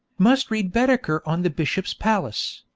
must read baedeker on the bishop's palace.